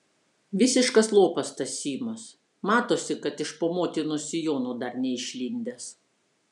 visiškas lopas tas simas matosi kad iš po motinos sijono dar neišlindęs